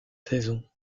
saison